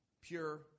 pure